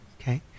okay